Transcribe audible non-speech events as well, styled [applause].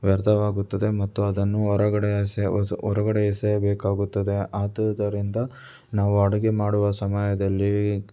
ವ್ಯರ್ಥವಾಗುತ್ತದೆ ಮತ್ತು ಅದನ್ನು ಹೊರಗಡೆ ಎಸೆ [unintelligible] ಹೊರ್ಗಡೆ ಎಸೆಯಬೇಕಾಗುತ್ತದೆ ಆದುದರಿಂದ ನಾವು ಅಡುಗೆ ಮಾಡುವ ಸಮಯದಲ್ಲಿ